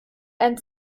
ein